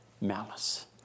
malice